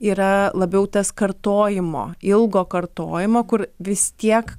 yra labiau tas kartojimo ilgo kartojimo kur visi tiek